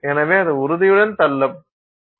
எனவே அது உறுதியுடன் தள்ளப்படட்டும்